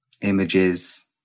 images